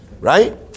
right